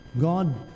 God